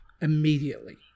Immediately